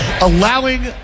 Allowing